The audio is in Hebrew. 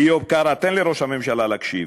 איוב קרא, תן לראש הממשלה להקשיב: